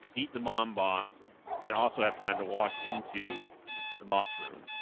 eat the mom boss and also have time to walk into the boss room